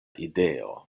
ideo